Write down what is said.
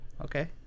Okay